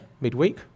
midweek